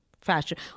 fashion